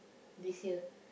this year